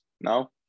now